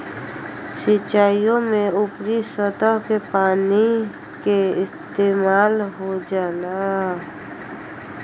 सिंचाईओ में ऊपरी सतह के पानी के इस्तेमाल हो जाला